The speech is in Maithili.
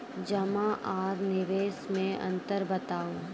जमा आर निवेश मे अन्तर बताऊ?